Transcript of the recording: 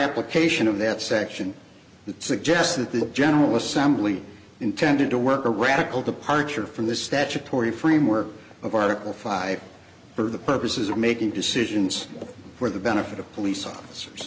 application of that section that suggests that the general assembly intended to work a radical departure from the statutory framework of article five for the purposes of making decisions for the benefit of police officers